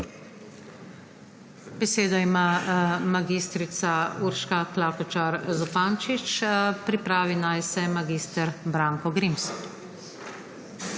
Besedo ima mag. Urška Klakočar Zupančič, pripravi naj se mag. Branko Grims.